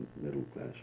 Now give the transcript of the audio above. middle-class